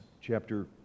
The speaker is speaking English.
chapter